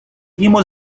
گیمو